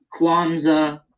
Kwanzaa